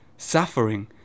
suffering